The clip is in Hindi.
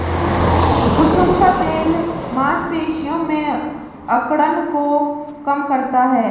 कुसुम का तेल मांसपेशियों में अकड़न को कम करता है